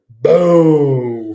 Boom